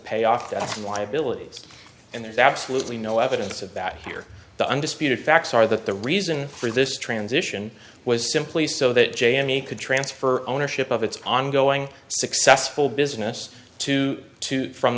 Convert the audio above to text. pay off that's why abilities and there's absolutely no evidence of that here the undisputed facts are that the reason for this transition was simply so that jamie could transfer ownership of it's ongoing successful business to two from